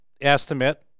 estimate